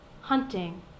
hunting